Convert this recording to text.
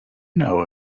know